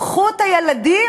קחו את הילדים